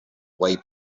way